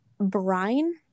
brine